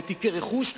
בתיקי רכוש,